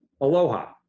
Aloha